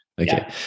Okay